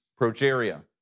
progeria